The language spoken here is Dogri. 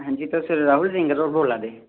हां जी तुस राहुल सिंगर होर बोल्ला दे